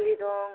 दालि दं